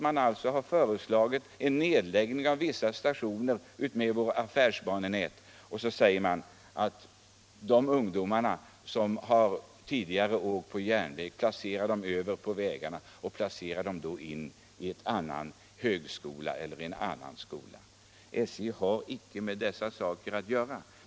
Man har föreslagit en nedläggning av vissa stationer utmed våra affärsbanenät och uttalat att de ungdomar som tidigare åkt med järnvägen kan placeras i en annan skola. SJ har inte med dessa saker att göra.